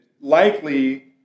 likely